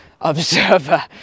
observer